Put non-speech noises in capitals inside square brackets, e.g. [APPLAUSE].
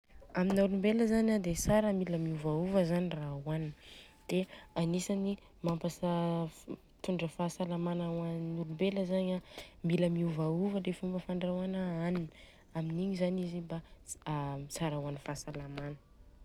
Aminahy olombelona zany an dia tsara mila miovaova zany raha ohanina. Dia agnisany mampasa mitondra fahasalama ho any olombelona zani a, mila miovaova le fomba fandrahôana hanina. Amin'igny zany izy a [HESITATION] tsara ho an'ny fahasalamana.